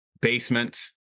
basement